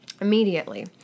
immediately